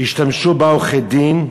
בעזרת עורכי-הדין שלהם,